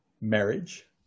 marriage